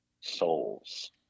souls